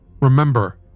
Remember